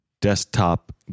desktop